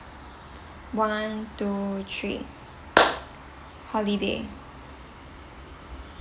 one two three holiday